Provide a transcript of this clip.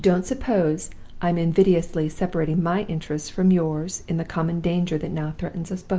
don't suppose i am invidiously separating my interests from yours in the common danger that now threatens us both.